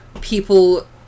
people